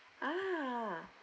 ah